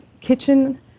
kitchen